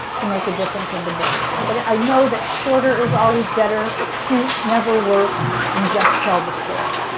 to make a difference in the book. but i know that shorter is always better. cute never works. and just tell the story.